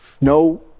No